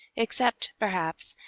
except, perhaps,